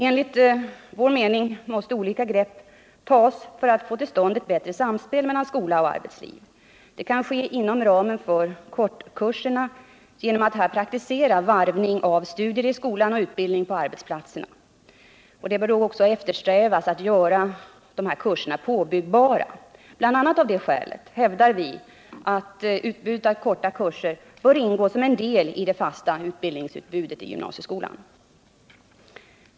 Enligt vår mening måste olika grepp tas för att få till stånd ett bättre samspel mellan skola och arbetsliv. Det kan ske inom ramen för kortkurserna genom att där praktisera varvning av studier i skolan och utbildning på en arbetsplats. Det bör då eftersträvas att göra dessa kurser påbyggbara. Bl. a. av det skälet hävdar vi att utbudet av korta kurser bör ingå som en del av det fasta utbildningsutbudet i gymnasieskolan.